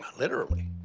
literally?